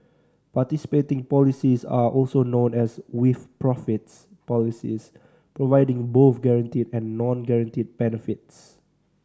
participating policies are also known as with profits policies providing both guaranteed and non guaranteed benefits